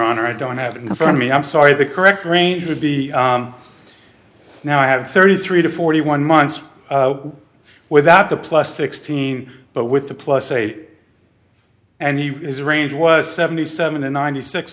honor i don't have it in front of me i'm sorry the correct range would be now i have thirty three to forty one months without the plus sixteen but with the plus a and he is range was seventy seven and ninety six